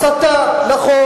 הסתה.